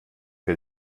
wir